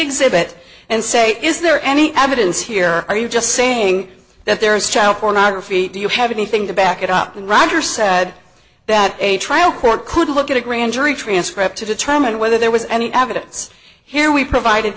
exhibit and say is there any evidence here or are you just saying that there is child pornography do you have anything to back it up and roger said that a trial court could look at a grand jury transcript to determine whether there was any evidence here we provided